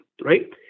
right